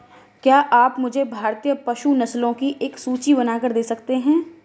क्या आप मुझे भारतीय पशु नस्लों की एक सूची बनाकर दे सकते हैं?